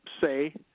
say